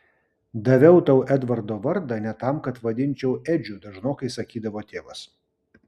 daviau tau edvardo vardą ne tam kad vadinčiau edžiu dažnokai sakydavo tėvas